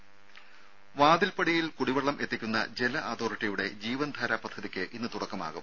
രും വാതിൽപ്പടിയിൽ കുടിവെള്ളം എത്തിക്കുന്ന ജല അതോറിറ്റിയുടെ ജീവൻ ധാര പദ്ധതിയ്ക്ക് ഇന്ന് തുടക്കമാകും